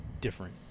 different